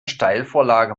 steilvorlage